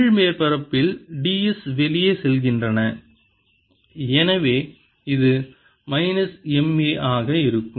கீழ் மேற்பரப்பில் d s வெளியே செல்கின்றன எனவே இது மைனஸ் M a ஆக இருக்கும்